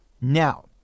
Now